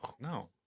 No